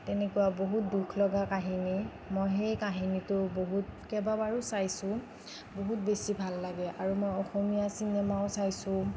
তেনেকুৱা বহুত দুখ লগা কাহিনী মই সেই কাহিনীটো বহুত কেবাবাৰো চাইছোঁ বহুত বেছি ভাল লাগে আৰু মই অসমীয়া চিনেমাও চাইছোঁ